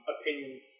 opinions